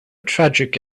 tragic